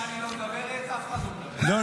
אם טלי לא מדברת אף אחד לא מדבר.